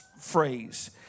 phrase